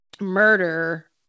murder